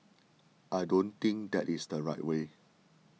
I don't think that is the right way